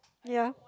ya